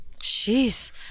Jeez